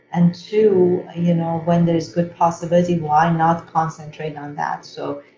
and two you know when there's good possibility why not concentrate on that so,